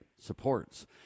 supports